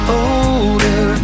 older